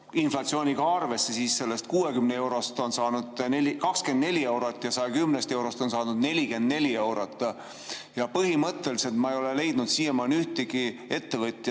inflatsiooni ka arvesse, sellest 60 eurost saanud 24 eurot ja 110 eurost on saanud 44 eurot. Põhimõtteliselt ma ei ole leidnud siiamaani ühtegi ettevõtjat